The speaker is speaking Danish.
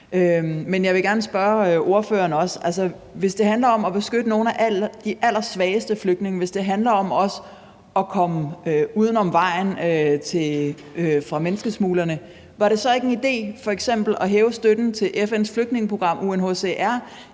Men jeg vil gerne også spørge ordføreren om noget. Altså, hvis det handler om at beskytte nogle af de allersvageste flygtninge, og hvis det handler om også at komme uden om menneskesmuglerne, var det så ikke en idé f.eks. at hæve støtten til FN's flygtningeprogram, UNHCR,